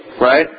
right